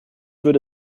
würde